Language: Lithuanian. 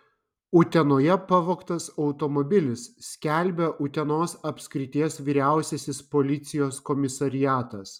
utenoje pavogtas automobilis skelbia utenos apskrities vyriausiasis policijos komisariatas